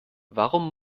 warum